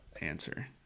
answer